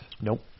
nope